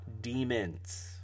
demons